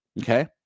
okay